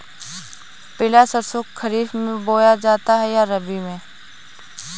पिला सरसो खरीफ में बोया जाता है या रबी में?